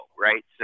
right